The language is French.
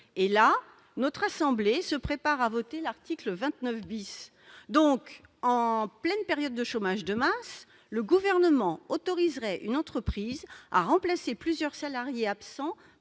Pourtant, notre assemblée se prépare à voter l'article 29 ... En pleine période de chômage de masse, le Gouvernement autoriserait une entreprise à remplacer plusieurs salariés absents